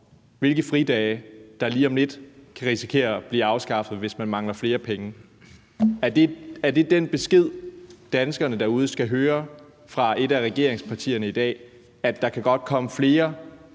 hvilke fridage der lige om lidt kan risikere at blive afskaffet, hvis man mangler flere penge. Er det den besked, danskerne derude skal høre fra et af regeringspartierne i dag, altså at der godt kan komme flere